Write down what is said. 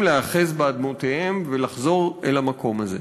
להיאחז באדמותיהם ולחזור אל המקום הזה.